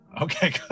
Okay